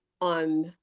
on